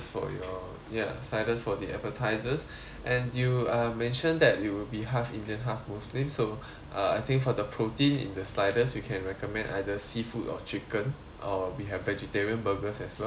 ya sliders for the appetisers and you uh mention that it would be half indian half muslim so uh I think for the protein in the sliders we can recommend either seafood or chicken or we have vegetarian burgers as well if you want